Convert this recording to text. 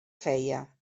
feia